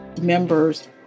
members